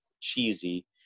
cheesy